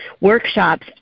workshops